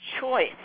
choice